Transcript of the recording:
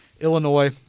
Illinois